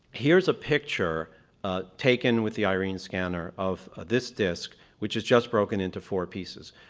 here's a picture taken with the irene scanner of this disc, which is just broken into four pieces.